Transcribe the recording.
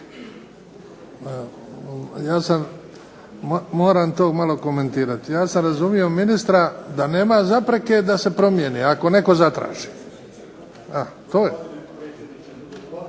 Hvala. Moram to malo komentirati. Ja sam razumio ministra da nema zapreke da se promijeni ako netko zatraži.